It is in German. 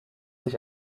sich